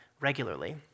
regularly